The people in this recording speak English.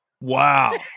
Wow